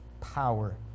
power